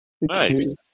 Nice